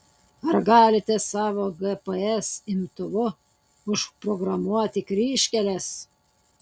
ar galite savo gps imtuvu užprogramuoti kryžkeles